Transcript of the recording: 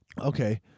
Okay